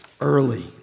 early